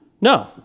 No